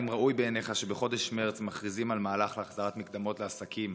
האם ראוי בעיניך שבחודש מרץ מכריזים על מהלך להחזרת מקדמות לעסקים,